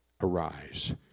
arise